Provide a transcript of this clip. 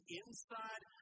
inside